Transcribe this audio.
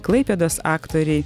klaipėdos aktoriai